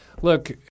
Look